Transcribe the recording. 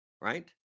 right